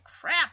crap